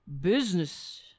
Business